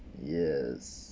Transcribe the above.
yes